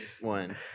one